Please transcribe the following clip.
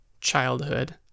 childhood